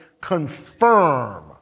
confirm